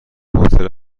هتل